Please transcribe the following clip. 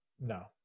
No